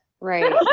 Right